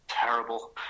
Terrible